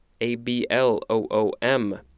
A-B-L-O-O-M